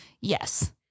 Yes